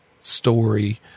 story